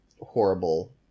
horrible